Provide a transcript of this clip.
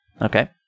Okay